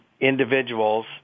individuals